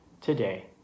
today